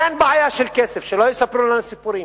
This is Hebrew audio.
אין בעיה של כסף, שלא יספרו לנו סיפורים.